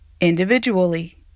individually